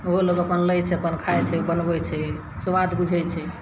ओहो लोक लै छै अपन खाय छै बनबै छै स्वाद बुझै छै